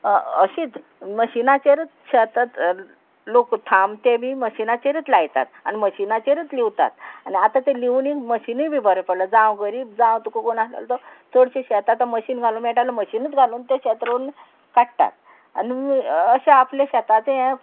अशीच मशिनाचेरूच शेत लोक थाम ते बी मशिनाचेरूच लायतात आनी मशिनाचेरूच लिवतात आनी आतां तें लिवनीक मशिनूय बी बरें पडलां जावं गरीब जावं तुका कोण आसलेलो तो चडशे शेत आतां मशीन घालूंक मेळटा जाल्यार मशीनूच घालून ते शेत रोवन काडटात आनी अशे आपले शेताचे हे